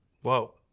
Whoa